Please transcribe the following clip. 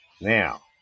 Now